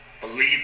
believe